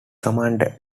commander